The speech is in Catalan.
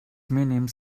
mínims